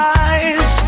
eyes